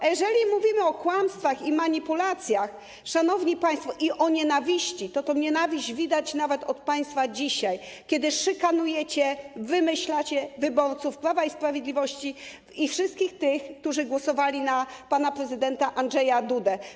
A jeżeli mówimy o kłamstwach i manipulacjach, szanowni państwo, i o nienawiści, to tę nienawiść widać nawet u państwa dzisiaj, kiedy szykanujecie wyborców Prawa i Sprawiedliwości i wszystkich tych, którzy głosowali na pana prezydenta Andrzeja Dudę, wymyślacie im.